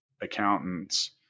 accountants